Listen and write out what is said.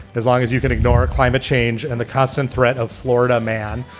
as long as you can ignore climate change and the constant threat of florida. man,